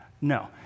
No